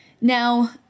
Now